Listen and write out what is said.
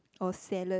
or salad